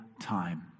time